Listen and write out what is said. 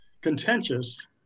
contentious